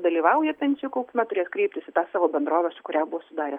dalyvauja pensijų kaupime turės kreiptis į tą savo bendrovę su kuria buvo sudarę